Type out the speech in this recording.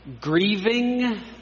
Grieving